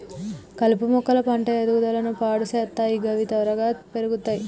కలుపు మొక్కలు పంట ఎదుగుదలను పాడు సేత్తయ్ గవి త్వరగా పెర్గుతయ్